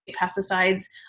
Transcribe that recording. pesticides